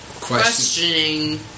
questioning